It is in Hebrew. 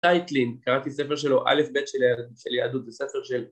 צייטלין, קראתי ספר שלו, א' ב' של יהדות, זה ספר שלו